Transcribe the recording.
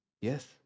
Yes